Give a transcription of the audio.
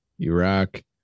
Iraq